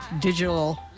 digital